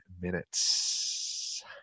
minutes